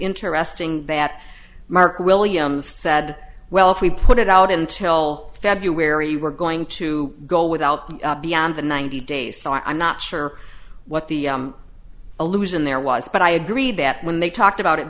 interesting that mark williams said well if we put it out until february we're going to go without beyond the ninety days so i'm not sure what the allusion there was but i agree that when they talked about it